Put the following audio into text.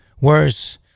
worse